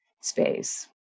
space